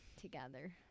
together